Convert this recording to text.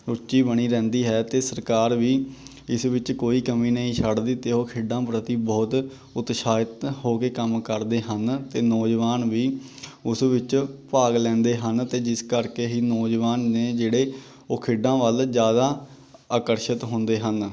ਰੁਚੀ ਬਣੀ ਰਹਿੰਦੀ ਹੈ ਅਤੇ ਸਰਕਾਰ ਵੀ ਇਸ ਵਿੱਚ ਕੋਈ ਕਮੀ ਨਹੀਂ ਛੱਡਦੀ ਅਤੇ ਉਹ ਖੇਡਾਂ ਪ੍ਰਤੀ ਬਹੁਤ ਉਤਸ਼ਾਹਿਤ ਹੋ ਕੇ ਕੰਮ ਕਰਦੇ ਹਨ ਅਤੇ ਨੌਜਵਾਨ ਵੀ ਉਸ ਵਿੱਚ ਭਾਗ ਲੈਂਦੇ ਹਨ ਅਤੇ ਜਿਸ ਕਰਕੇ ਹੀ ਨੌਜਵਾਨ ਨੇ ਜਿਹੜੇ ਉਹ ਖੇਡਾਂ ਵੱਲ ਜ਼ਿਆਦਾ ਆਕਰਸ਼ਿਤ ਹੁੰਦੇ ਹਨ